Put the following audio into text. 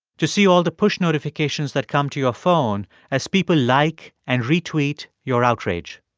to see all the push notifications that come to your phone as people like and retweet your outrage.